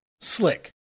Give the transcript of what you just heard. Slick